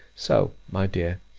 so, my dear,